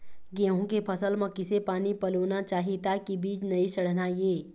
गेहूं के फसल म किसे पानी पलोना चाही ताकि बीज नई सड़ना ये?